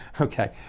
okay